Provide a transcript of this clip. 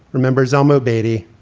remember zelma baity?